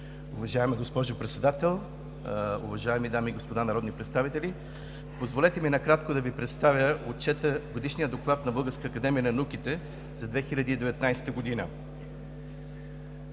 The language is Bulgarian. Уважаема госпожо Председател, уважаеми дами и господа народни представители! Позволете ми накратко да Ви представя Годишния доклад на Българската академия на науките за 2019 г.